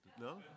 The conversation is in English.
No